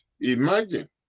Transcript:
imagine